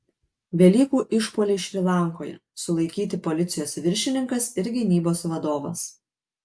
velykų išpuoliai šri lankoje sulaikyti policijos viršininkas ir gynybos vadovas